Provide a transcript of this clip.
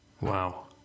Wow